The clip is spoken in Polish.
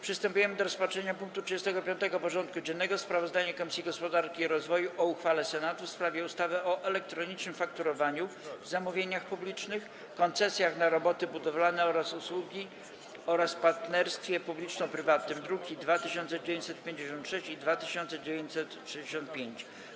Przystępujemy do rozpatrzenia punktu 35. porządku dziennego: Sprawozdanie Komisji Gospodarki i Rozwoju o uchwale Senatu w sprawie ustawy o elektronicznym fakturowaniu w zamówieniach publicznych, koncesjach na roboty budowlane lub usługi oraz partnerstwie publiczno-prywatnym (druki nr 2956 i 2965)